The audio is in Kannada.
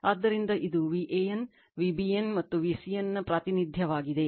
ಆದ್ದರಿಂದ ಇದು VAN v BN ಮತ್ತು VCN ನ ಪ್ರಾತಿನಿಧ್ಯವಾಗಿದೆ